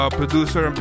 producer